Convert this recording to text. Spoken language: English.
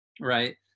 Right